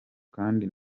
kandi